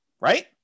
Right